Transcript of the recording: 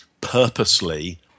purposely